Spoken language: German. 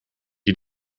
die